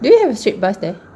do you have a straight bus there